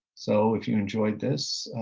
so if you enjoyed this,